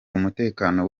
umutekano